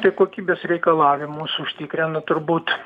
tai kokybės reikalavimus užtikrina turbūt